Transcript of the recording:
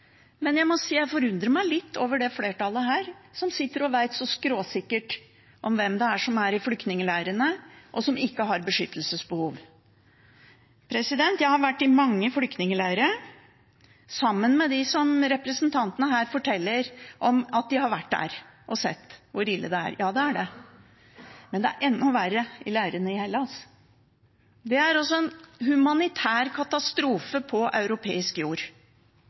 Men jeg må si at jeg forundrer meg litt over flertallet her, som sitter og vet så skråsikkert hvem som er i flyktningleirene, og som ikke har beskyttelsesbehov. Jeg har vært i mange flyktningleirer, sammen med dem som representantene her forteller om, som har vært der og sett hvor ille det er. Ja, det er det. Men det er enda verre i leirene i Hellas. Det er også en humanitær katastrofe på europeisk jord.